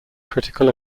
critical